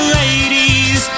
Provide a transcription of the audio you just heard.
ladies